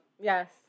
Yes